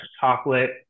chocolate